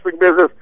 business